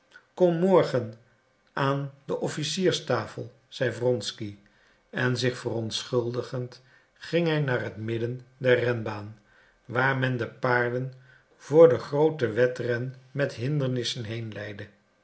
kom morgen aan de officierstafel zeide wronsky en zich verontschuldigend ging hij naar het midden der renbaan waar men de paarden voor den grooten wedren met hindernissen